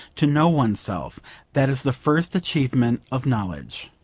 to know oneself that is the first achievement of knowledge.